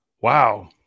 Wow